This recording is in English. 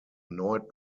annoyed